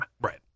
Right